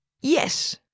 Yes